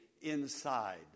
inside